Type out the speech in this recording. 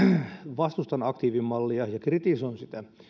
vastustan aktiivimallia ja kritisoin sitä